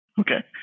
Okay